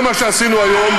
זה מה שעשינו היום,